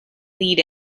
lead